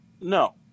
No